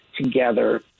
together